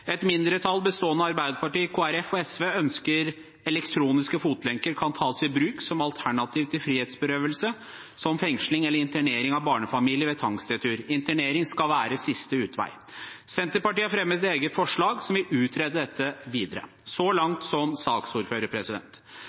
Et mindretall, bestående av Arbeiderpartiet, Kristelig Folkeparti og SV, ønsker at elektronisk fotlenke kan tas i bruk som alternativ til frihetsberøvelse som fengsling eller internering av barnefamilie, ved tvangsretur. Internering skal være siste utvei. Senterpartiet har fremmet et eget forslag om å utrede dette videre. Så langt som saksordfører.